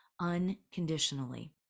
unconditionally